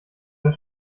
der